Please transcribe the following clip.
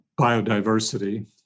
biodiversity